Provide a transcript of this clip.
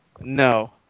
No